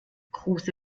kruse